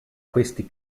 questi